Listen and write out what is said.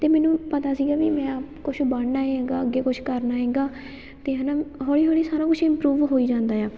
ਅਤੇ ਮੈਨੂੰ ਪਤਾ ਸੀਗਾ ਵੀ ਮੈਂ ਆਪ ਕੁਛ ਬਣਨਾ ਹੈ ਹੈ ਅੱਗੇ ਕੁਛ ਕਰਨਾ ਹੈਗਾ ਅਤੇ ਹਨਾ ਹੌਲੀ ਹੌਲੀ ਸਾਰਾ ਕੁਛ ਇੰਪਰੂਵ ਹੋਈ ਜਾਂਦਾ ਆ